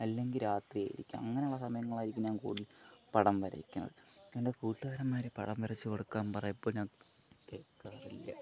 അല്ലെങ്കിൽ രാത്രിയിൽ ആയിരിക്കും അങ്ങനെ ഉള്ള സമയങ്ങളായിരിക്കും ഞാൻ കൂടുതൽ പടം വരയ്ക്കുന്നത് എൻ്റെ കൂട്ടുകാരന്മാര് പടം വരച്ച് കൊടുക്കാൻ പറയുമ്പോൾ ഞാൻ കേൾക്കാറില്ല